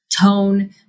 tone